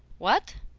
what?